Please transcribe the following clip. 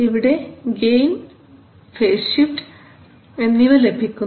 ഇവിടെ gain phase shift എന്നിവ ലഭിക്കുന്നു